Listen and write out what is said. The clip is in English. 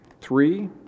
three